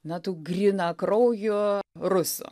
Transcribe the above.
na tų grynakraujų rusų